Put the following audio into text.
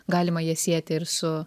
galima ją sieti ir su